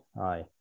aye